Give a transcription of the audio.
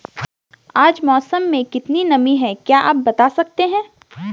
आज मौसम में कितनी नमी है क्या आप बताना सकते हैं?